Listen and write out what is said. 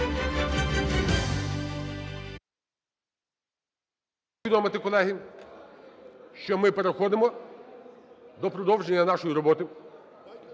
Дякую.